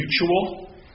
mutual